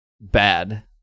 bad